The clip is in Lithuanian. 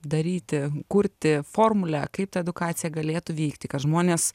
daryti kurti formulę kaip ta edukacija galėtų vykti kad žmonės